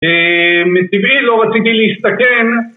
מטבעי לא רציתי להשתגן